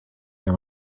near